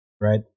right